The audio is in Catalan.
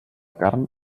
carn